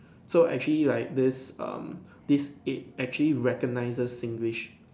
so actually like this um this aid actually recognizes Singlish